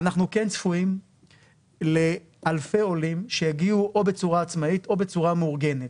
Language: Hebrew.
אנחנו כן צפויים לאלפי עולים שיגיעו או בצורה עצמאית או בצורה מאורגנת.